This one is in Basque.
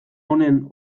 honen